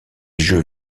jeux